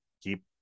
keep